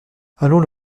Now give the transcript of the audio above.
allons